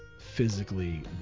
physically